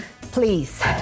please